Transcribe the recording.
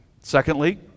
Secondly